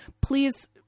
Please